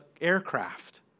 aircraft